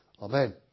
amen